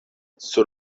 sur